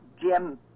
Jim